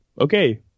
okay